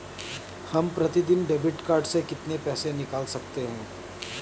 हम प्रतिदिन debit card से कितना पैसा निकाल सकते हैं?